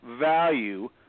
value